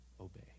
obey